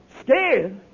Scared